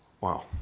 Wow